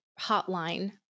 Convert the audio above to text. hotline